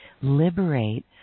liberate